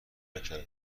نکردم